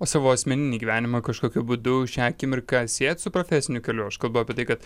o savo asmeninį gyvenimą kažkokiu būdu šią akimirką siejat su profesiniu keliu aš kalbu apie tai kad